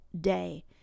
day